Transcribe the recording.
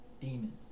demon